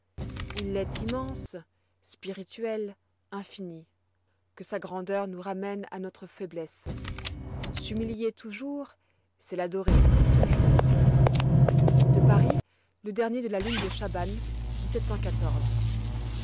il est immense spirituel infini que sa grandeur nous ramène à notre faiblesse s'humilier toujours c'est l'adorer toujours à paris le dernier de la lune de chahban